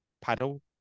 Paddle